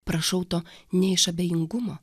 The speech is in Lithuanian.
prašau to ne iš abejingumo